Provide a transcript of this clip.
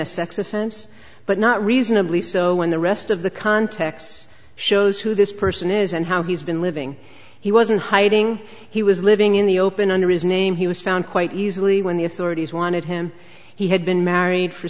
offense but not reasonably so when the rest of the context shows who this person is and how he's been living he wasn't hiding he was living in the open under his name he was found quite easily when the authorities wanted him he had been married for